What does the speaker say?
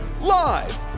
Live